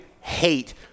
hate